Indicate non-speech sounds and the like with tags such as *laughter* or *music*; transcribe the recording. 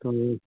*unintelligible*